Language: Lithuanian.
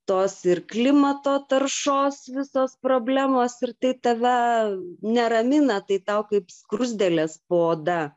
tos ir klimato taršos visos problemos ir tai tave neramina tai tau kaip skruzdėlės po oda